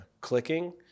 clicking